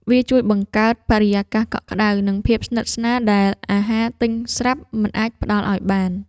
វាជួយបង្កើតបរិយាកាសកក់ក្ដៅ និងភាពស្និទ្ធស្នាលដែលអាហារទិញស្រាប់មិនអាចផ្ដល់ឱ្យបាន។